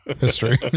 history